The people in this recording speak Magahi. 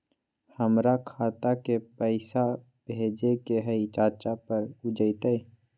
हमरा खाता के पईसा भेजेए के हई चाचा पर ऊ जाएत?